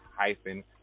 hyphen